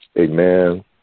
amen